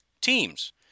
teams